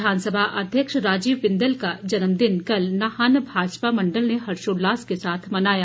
विधानसभा अध्यक्ष राजीव बिंदल का जन्मदिन कल नाहन भाजपा मण्डल ने हर्षोल्लास के साथ मनाया